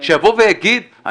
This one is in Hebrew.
שיבוא ויגיד,